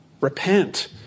repent